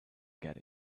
get